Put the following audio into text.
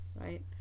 Right